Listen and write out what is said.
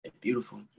beautiful